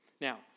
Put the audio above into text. Now